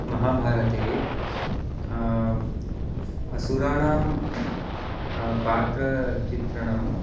महाभारते असुराणां पात्रचित्रणम्